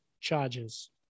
charges